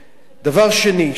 דבר שלישי,